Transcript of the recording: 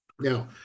Now